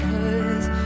Cause